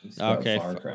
Okay